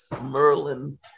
Merlin